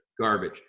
garbage